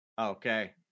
Okay